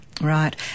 Right